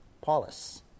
Paulus